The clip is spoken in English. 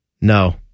No